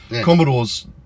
Commodores